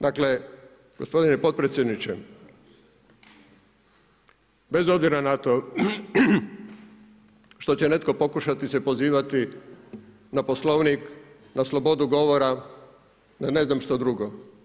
Dakle gospodine potpredsjedniče, bez obzira na to što će netko pokušati se pozivati na Poslovnik, na slobodu govora, na ne znam što drugo.